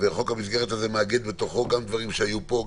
חוק המסגרת הזה מאגד בתוכו גם דברים שהיו פה,